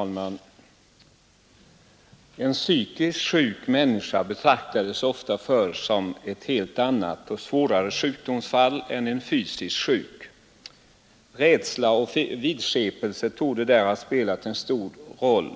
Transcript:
Fru talman! En psykiskt sjuk människa betraktades ofta förr som ett helt annat och svårare sjukdomsfall än en fysiskt sjuk. Rädsla och vidskepelse torde där ha spelat en stor roll.